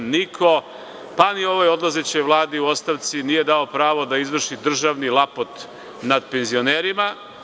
Niko, pa ni ovoj odlazećoj Vladi u ostavci nije dao pravo da izvrši državni lapot nad penzionerima.